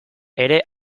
ere